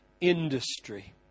industry